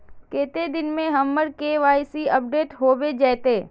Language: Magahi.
कते दिन में हमर के.वाई.सी अपडेट होबे जयते?